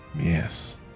Yes